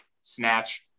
snatch